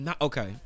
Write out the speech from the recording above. Okay